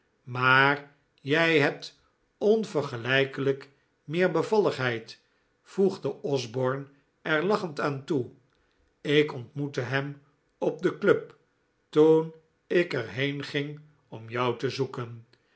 maar jij hebt onvergelijkelijk meer bevalligheid voegde osborne er lachend aan toe ik ontmoette hem op de club toen ik er heen ging om jou te zoeken